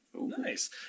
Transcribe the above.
nice